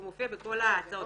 והוא מופיע בכל ההצעות.